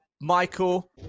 Michael